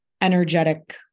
energetic